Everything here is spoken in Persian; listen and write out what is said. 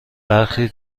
برخی